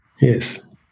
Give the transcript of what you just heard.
yes